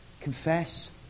confess